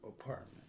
apartment